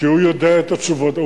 כשהוא יודע את התשובות.